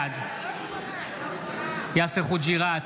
בעד יאסר חוג'יראת,